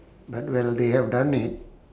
but well they have done it